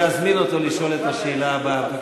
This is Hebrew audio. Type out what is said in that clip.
ואזמין אותו לשאול את השאלה הבאה.